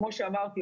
כמו שאמרתי,